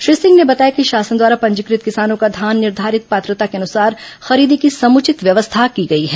श्री सिंह ने बताया कि शासन द्वारा पंजीकृत किसानों का धान निर्धारित पात्रता के अनुसार खरीदी की समुचित व्यवस्था की गई है